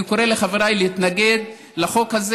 אני קורא לחבריי להתנגד לחוק הזה.